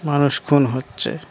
মানুষ খুন হচ্ছে